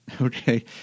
Okay